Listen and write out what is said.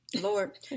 Lord